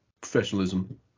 Professionalism